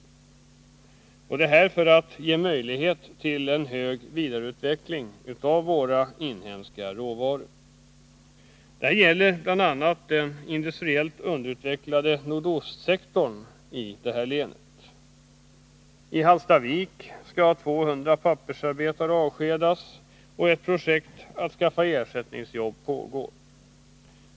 Det bör man göra för att skapa möjligheter till en hög vidareutveckling av våra inhemska råvaror. Det gäller bl.a. i den industriellt underutvecklade nordostsektorn i länet. I Hallstavik skall 200 pappersarbetare avskedas, och ett projekt att skaffa fram ersättningsjobb pågår.